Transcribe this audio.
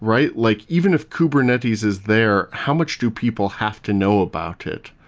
right? like even if kubernetes is there, how much do people have to know about it?